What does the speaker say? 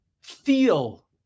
feel